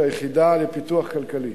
שהיא היחידה לפיתוח כלכלי